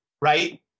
right